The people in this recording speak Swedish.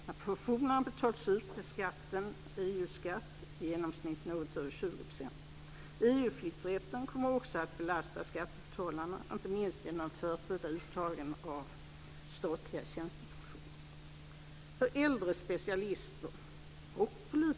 När pensionerna betalas ut är skatten EU-skatt, i genomsnitt något över 20 %. EU-flytträtten kommer också att belasta skattebetalarna, inte minst genom de förtida uttagen av statliga tjänstepensioner.